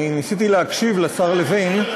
אני ניסיתי להקשיב לשר לוין,